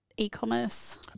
e-commerce